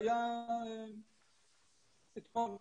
היה אתמול.